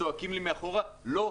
צועקים לי מאחור: לא,